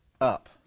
up